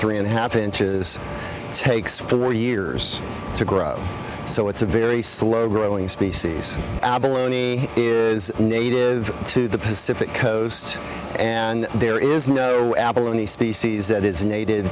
three and a half inches takes for years to grow so it's a very slow growing species abalone is native to the pacific coast and there is no abalone species that is native